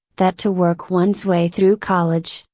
that to work one's way through college,